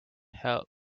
helps